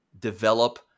develop